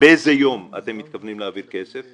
באיזה יום אתם מתכוונים להעביר כסף,